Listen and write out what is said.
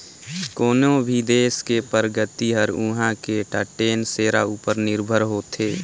कोनो भी देस के परगति हर उहां के टटेन सेरा उपर निरभर होथे